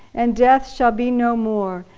and death shall be no more,